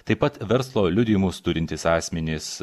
taip pat verslo liudijimus turintys asmenys